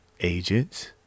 Agents